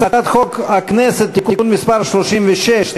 הצעת חוק הכנסת (תיקון מס' 36),